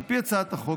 על פי הצעת החוק,